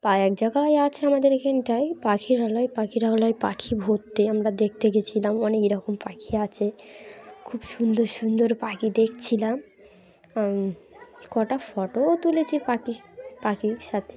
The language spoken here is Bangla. পায়ে এক জায়গায় আছে আমাদের এখানটায় পাখিরালয় পাখিরালয় পাখি ভর্তি আমরা দেখতে গিয়েছিলাম অনেকরকম পাখি আছে খুব সুন্দর সুন্দর পাখি দেখছিলাম কটা ফটোও তুলেছি পাখি পাখির সাথে